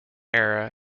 era